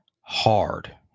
hard